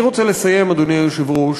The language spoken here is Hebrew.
אני רוצה לסיים, אדוני היושב-ראש,